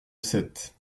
sept